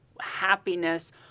happiness